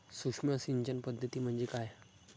सूक्ष्म सिंचन पद्धती म्हणजे काय?